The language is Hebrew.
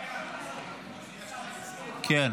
רגע --- כן.